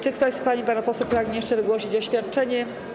Czy ktoś z pań i panów posłów pragnie jeszcze wygłosić oświadczenie?